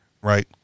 Right